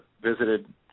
visited